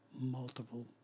multiple